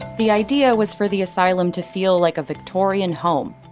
the idea was for the asylum to feel like a victorian home,